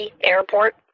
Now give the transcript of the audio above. Airport